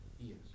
Yes